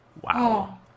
Wow